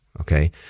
Okay